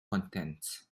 contents